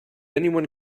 anyone